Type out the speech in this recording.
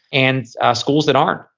and schools that aren't.